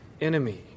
enemy